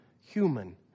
human